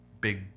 big